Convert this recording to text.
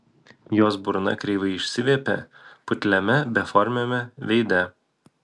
jos burna kreivai išsiviepė putliame beformiame veide